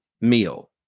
meal